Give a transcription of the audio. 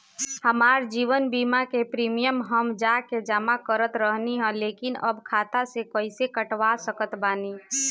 हमार जीवन बीमा के प्रीमीयम हम जा के जमा करत रहनी ह लेकिन अब खाता से कइसे कटवा सकत बानी?